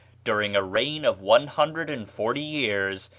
during a reign of one hundred and forty years,